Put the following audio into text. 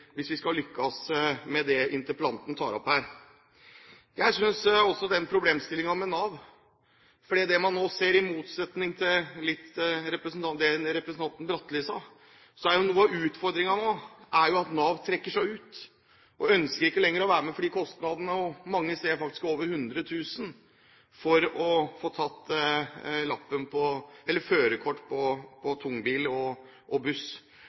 hvis vi skal lykkes med det interpellanten tar opp her. Det er også en problemstilling som gjelder Nav, for det man nå ser, i motsetning til det representanten Bratli sa, er at noe av utfordringen nå er at Nav trekker seg ut og ikke lenger ønsker å være med, for kostnadene er mange steder over 100 000 kr for å få tatt førerkort for tung bil og buss.